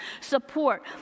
support